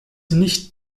nicht